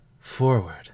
forward